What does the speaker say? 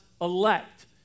elect